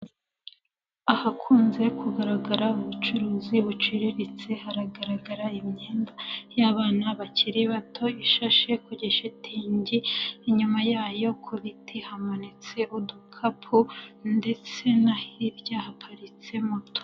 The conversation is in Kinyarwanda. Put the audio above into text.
Aha hakunze kugaragara ubucuruzi buciriritse, hagaragara imyenda y'abana bakiri bato ishashe ku shitingi, inyuma yayo ku biti hamanitse udukapu ndetse no hirya haparitse moto.